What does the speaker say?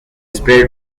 spread